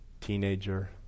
teenager